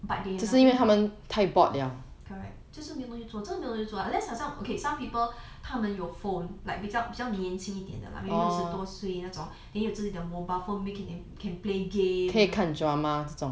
but they nothing to do correct 就是没有东西做真的没有东西做 unless 好像 okay some people 他们有 phone like 比较年轻一点的啦 maybe 六十多岁那种 then 有自己的 mobile phone then they can can play game